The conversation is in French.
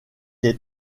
est